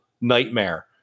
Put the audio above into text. nightmare